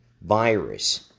virus